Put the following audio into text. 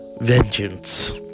Vengeance